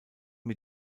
mit